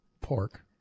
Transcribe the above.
pork